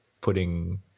putting